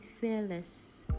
fearless